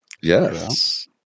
Yes